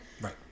Right